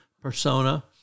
persona